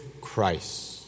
Christ